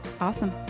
awesome